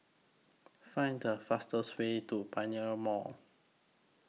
Find The fastest Way to Pioneer Mall